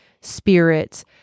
spirits